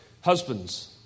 Husbands